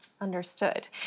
Understood